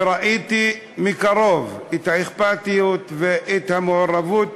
וראיתי מקרוב את האכפתיות ואת המעורבות